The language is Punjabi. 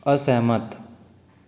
ਅਸਹਿਮਤ